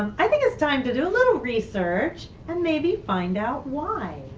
um i think it's time to do a little research. and maybe find out why.